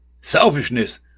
selfishness